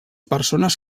persones